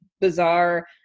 bizarre